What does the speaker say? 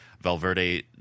Valverde